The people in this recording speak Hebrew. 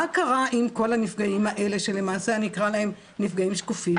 מה קרה עם כל הנפגעים האלה שאקרא להם נפגעים שקופים?